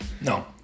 No